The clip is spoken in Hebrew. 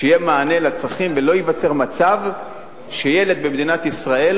שיהיה מענה לצרכים ולא ייווצר מצב שילד במדינת ישראל